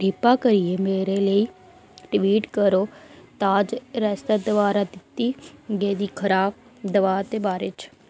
किरपा करियै मेरे लेई ट्वीट करो ताज रेस्तरां द्वारा दित्ती गेदी खराब दवा दे बारे च